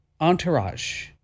Entourage